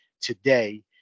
today